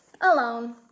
alone